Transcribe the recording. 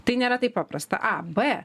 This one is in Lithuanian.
tai nėra taip paprasta a b